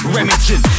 Remington